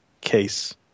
case